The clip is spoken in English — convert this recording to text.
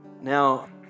Now